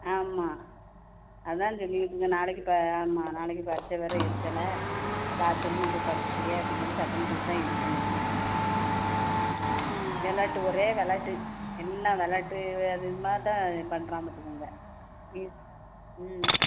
ஆமாம் அதான் இந்த லீவ் இந்த நாளைக்கு இப்போ ஆமாம் நாளைக்கு பரிட்சை வேறு இருக்கல்ல ராத்திரிலருந்து இப்போ படிச்சிட்டியா அப்படி இப்படின்னு சத்தம் போட்டுக்கிட்டு தான் இருக்கேன் பார்த்துக்கங்க ஆமாம் விளாட்டு ஒரே விளாட்டு என்ன விளாட்டு அது என்னக்கா பண்ணுறான் பார்த்துக்கங்க ம் ம்